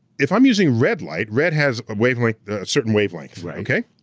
if i'm using red light, red has a wavelength, a certain wavelength, okay?